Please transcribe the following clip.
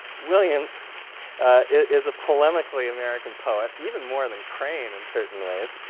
williams is a polemically american poet, even more and than crane in certain ways,